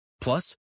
Plus